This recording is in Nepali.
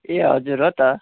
ए हजुर हो त